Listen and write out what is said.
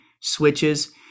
switches